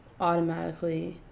automatically